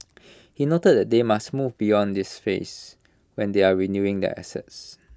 he noted that they must move beyond this phase when they are renewing their assets